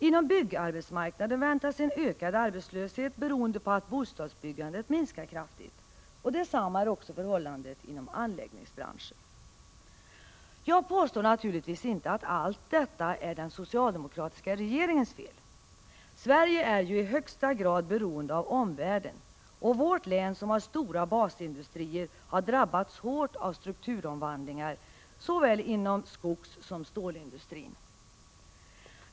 Inom byggarbetsmarknaden väntas en ökad arbetslöshet beroende på att bostadsbyggandet minskar kraftigt. Detsamma är förhållandet inom anlägg 145 ningsbranschen. Jag påstår naturligtvis inte att allt detta är den socialdemokratiska regeringens fel. Sverige är i högsta grad beroende av omvärlden, och vårt län, som har stora basindustrier, har drabbats hårt av strukturomvandlingen inom såväl skogssom stålindustrin.